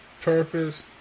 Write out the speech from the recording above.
purpose